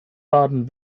baden